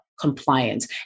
compliance